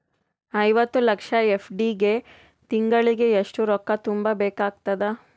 ಐವತ್ತು ಲಕ್ಷ ಎಫ್.ಡಿ ಗೆ ತಿಂಗಳಿಗೆ ಎಷ್ಟು ರೊಕ್ಕ ತುಂಬಾ ಬೇಕಾಗತದ?